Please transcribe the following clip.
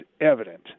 evident